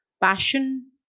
passion